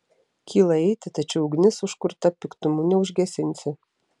kyla eiti tačiau ugnis užkurta piktumu neužgesinsi